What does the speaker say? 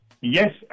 Yes